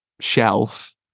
shelf